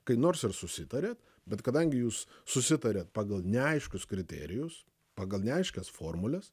kai nors ir susitarėt bet kadangi jūs susitarėt pagal neaiškius kriterijus pagal neaiškias formules